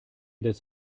das